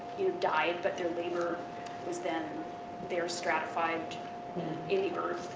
you know, died but their labor was then there stratified in the earth.